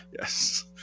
Yes